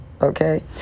Okay